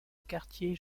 cartier